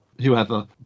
whoever